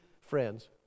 friends